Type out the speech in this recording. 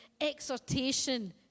exhortation